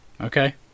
Okay